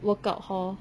workout hor